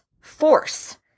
force